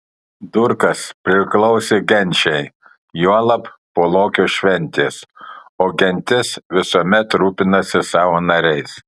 durkas priklausė genčiai juolab po lokio šventės o gentis visuomet rūpinasi savo nariais